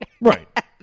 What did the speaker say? Right